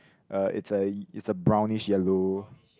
uh it's a it's a brownish yellow